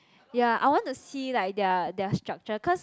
ya I want to see like their their structure cause